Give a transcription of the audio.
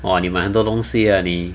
!wah! 你买很多东西 lah 你